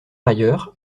ailleurs